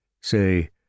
Say